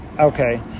Okay